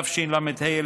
תשל"ה,